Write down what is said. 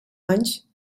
anys